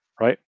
right